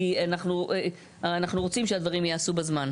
כי אנחנו רוצים שהדברים ייעשו בזמן.